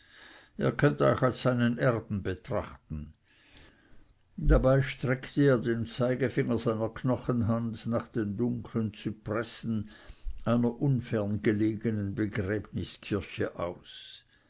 ihr könnt euch als seinen erben betrachten dabei streckte er den zeigefinger seiner knochenhand nach den dunkeln zypressen einer unfern gelegenen begräbniskirche aus